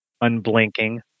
Unblinking